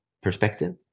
perspective